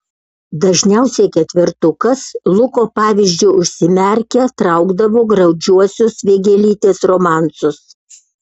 dažniausiai ketvertukas luko pavyzdžiu užsimerkę traukdavo graudžiuosius vėgėlytės romansus